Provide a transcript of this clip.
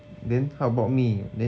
then how about me